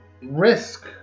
risk